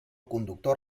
conductor